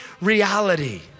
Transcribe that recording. reality